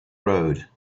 road